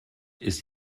ist